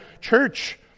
church